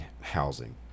housing